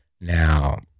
Now